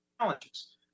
challenges